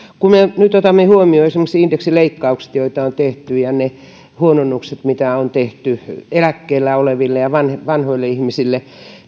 kun me nyt otamme huomioon esimerkiksi indeksileikkaukset joita on tehty ja ne huononnukset mitä on tehty eläkkeellä oleville ja vanhoille ihmisille